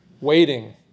waiting